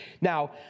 Now